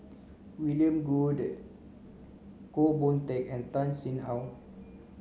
William Goode Goh Boon Teck and Tan Sin Aun